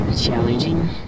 challenging